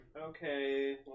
Okay